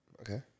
Okay